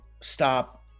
stop